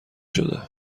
شده